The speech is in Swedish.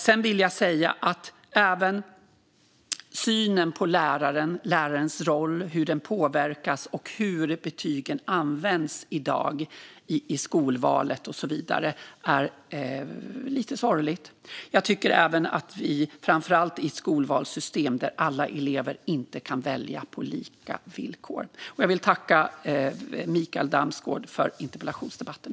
Sedan vill jag säga att det är lite sorgligt med synen på lärarens roll, hur den påverkas, hur betygen används i dag i skolvalet och så vidare. Det gäller framför allt skolvalssystem där alla elever inte kan välja på lika villkor. Jag vill tacka Mikael Damsgaard för interpellationsdebatten.